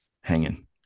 Hanging